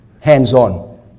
hands-on